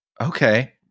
Okay